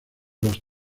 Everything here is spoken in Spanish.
los